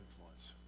influence